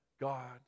God